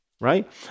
right